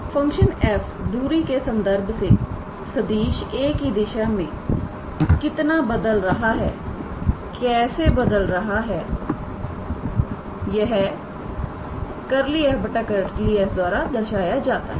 तो function f दूरी के संदर्भ से सदिश 𝑎̂ की दिशा में कितना बदला रहा है कैसे बदल रहा है यह 𝜕𝑓𝜕𝑠 द्वारा दर्शाया जाता है